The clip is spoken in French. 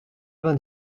vingt